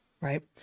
right